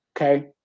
okay